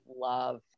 Love